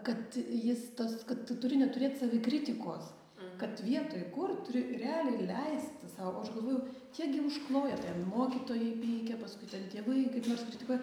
kad jis tas kad tu turi neturėt savikritikos kad vietoj kurt turi realiai leisti sau o aš galvoju čia gi užkloja ten mokytojai pykę paskui ten tėvai kaip nors kritikuoja